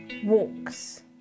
Walks